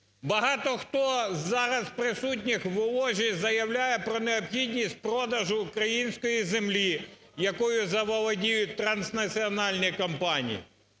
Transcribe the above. багато хто зараз присутніх в ложі заявляє про необхідність продажу української землі, якою заволодіють транснаціональні компанії.